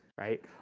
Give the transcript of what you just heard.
right?